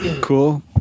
Cool